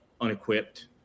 unequipped